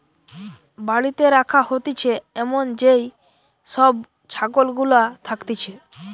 বাড়িতে রাখা হতিছে এমন যেই সব ছাগল গুলা থাকতিছে